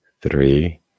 three